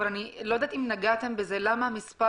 אבל אני לא ידעתם אם נגעתם בזה למה מספר